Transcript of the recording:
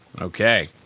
Okay